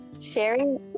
sharing